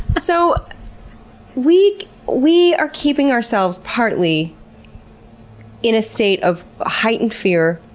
so we we are keeping ourselves partly in a state of heightened fear,